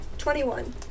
Twenty-one